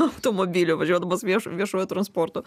automobilio važiuodamas viešo viešuoju transportu